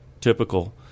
typical